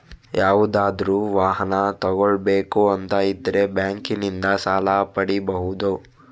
ಯಾವುದಾದ್ರೂ ವಾಹನ ತಗೊಳ್ಬೇಕು ಅಂತ ಇದ್ರೆ ಬ್ಯಾಂಕಿನಿಂದ ಸಾಲ ಪಡೀಬಹುದು